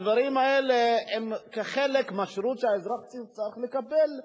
הדברים האלה הם חלק מהשירות שהאזרח צריך לקבל.